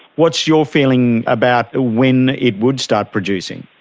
what's your feeling about ah when it would start producing?